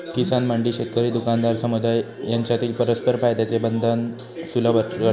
किसान मंडी शेतकरी, दुकानदार, समुदाय यांच्यातील परस्पर फायद्याचे बंधन सुलभ करते